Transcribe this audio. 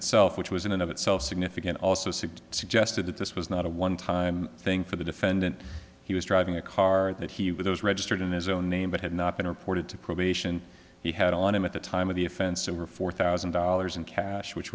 itself which was in and of itself significant also said suggested that this was not a one time thing for the defendant he was driving a car that he was registered in his own name but had not been reported to probation he had on him at the time of the offense and were four thousand dollars in cash which